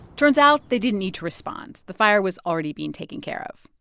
turns out they didn't need to respond the fire was already being taken care of.